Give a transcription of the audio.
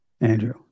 Andrew